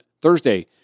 Thursday